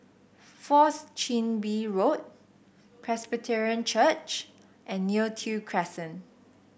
Fourth Chin Bee Road Presbyterian Church and Neo Tiew Crescent